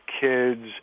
kids